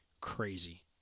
crazy